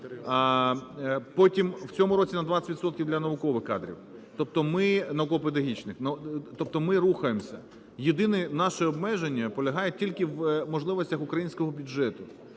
Потім в цьому році на 20 відсотків для наукових кадрів, тобто ми... науково-педагогічних, тобто ми рухаємося. Єдине наше обмеження полягає тільки в можливостях українського бюджету.